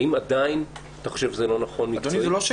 האם עדיין אתה חושב שזה לא נכון מקצועית?